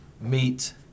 meet